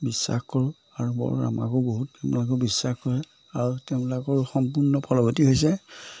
বিশ্বাস কৰোঁ আৰু বৰ আমাকো বহুত তেওঁলোকে বিশ্বাস কৰে আৰু তেওঁলোকৰ সম্পূৰ্ণ ফলগতি হৈছে